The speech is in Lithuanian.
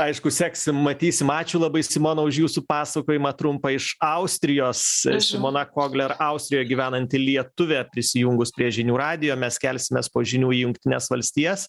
aišku seksim matysim ačiū labai simona už jūsų pasakojimą trumpą iš austrijos simona kogler austrijoj gyvenanti lietuvė prisijungus prie žinių radijo mes kelsimės po žinių į jungtines valstijas